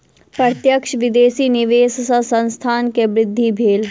प्रत्यक्ष विदेशी निवेश सॅ संस्थान के वृद्धि भेल